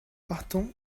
partant